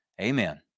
Amen